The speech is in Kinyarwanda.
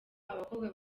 abakobwa